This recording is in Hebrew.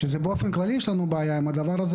כשבאופן כללי יש לנו בעיה עם זה,